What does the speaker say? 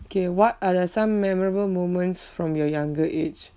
K what are the some memorable moments from your younger age